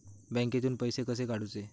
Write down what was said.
बँकेतून पैसे कसे काढूचे?